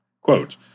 Quote